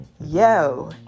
Yo